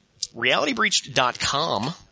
realitybreached.com